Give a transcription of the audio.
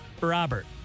Robert